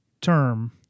term